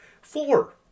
Four